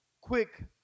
quick